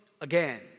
again